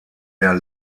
der